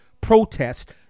protest